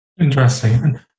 Interesting